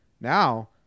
now